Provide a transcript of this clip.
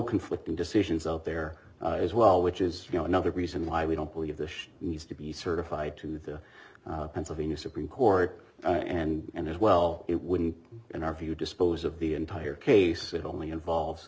conflicting decisions out there as well which is you know another reason why we don't believe this needs to be certified to the pennsylvania supreme court and as well it wouldn't in our view dispose of the entire case it only involves